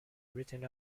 written